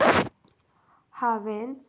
हांवें